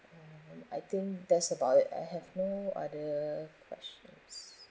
mm I think that's about it I have no other questions